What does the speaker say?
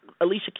Alicia